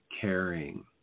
caring